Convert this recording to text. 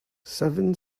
seven